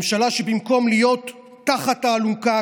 ממשלה שבמקום להיות תחת האלונקה,